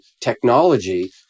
technology